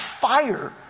fire